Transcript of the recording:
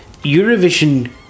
eurovision